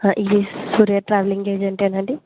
ఇది Surya travelling agent అండి